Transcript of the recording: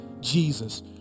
Jesus